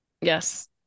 Yes